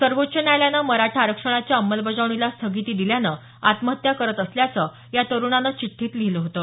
सर्वोच्च न्यायालयानं मराठा आरक्षणाच्या अंमलबजावणीला स्थगिती दिल्यानं आत्महत्या करत असल्याचं या तरुणानं चिठ्ठीत लिहिलं होतं